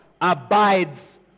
abides